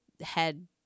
head